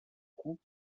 coup